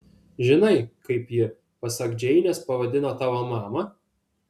žinai kaip ji pasak džeinės pavadino tavo mamą